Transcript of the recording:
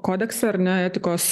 kodekse ar ne etikos